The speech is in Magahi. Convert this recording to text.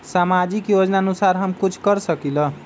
सामाजिक योजनानुसार हम कुछ कर सकील?